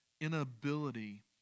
Inability